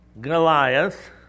Goliath